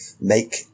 make